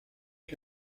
que